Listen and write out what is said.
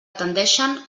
tendeixen